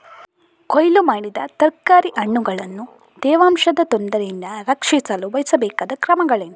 ಕೊಯ್ಲು ಮಾಡಿದ ತರಕಾರಿ ಹಣ್ಣುಗಳನ್ನು ತೇವಾಂಶದ ತೊಂದರೆಯಿಂದ ರಕ್ಷಿಸಲು ವಹಿಸಬೇಕಾದ ಕ್ರಮಗಳೇನು?